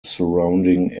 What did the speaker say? surrounding